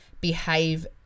behave